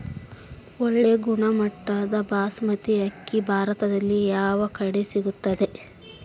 ಒಳ್ಳೆ ಗುಣಮಟ್ಟದ ಬಾಸ್ಮತಿ ಅಕ್ಕಿ ಭಾರತದಲ್ಲಿ ಯಾವ ಕಡೆ ಸಿಗುತ್ತದೆ?